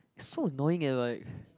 so annoying eh like